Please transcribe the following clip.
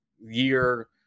year